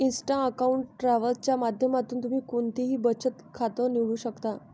Insta account travel च्या माध्यमातून तुम्ही कोणतंही बचत खातं निवडू शकता